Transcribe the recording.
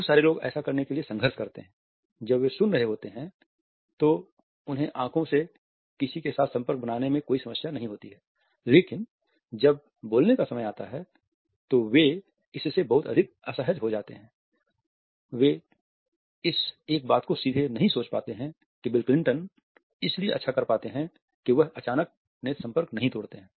बहुत सारे लोग ऐसा करने के लिए संघर्ष करते हैं जब वे सुन रहे होते हैं तो उन्हें आँखों से किसी के साथ संपर्क बनाने में कोई समस्या नहीं होती है लेकिन जब बोलने का समय आता है तो वे इससे बहुत अधिक असहज हो जाते हैं वे इस एक बात को सीधे यह नहीं सोच पाते हैं कि बिल क्लिंटन इसलिए अच्छा कर पते है की वह अचानक नेत्र संपर्क नहीं तोड़ते है